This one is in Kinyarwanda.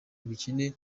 ubukene